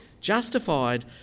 justified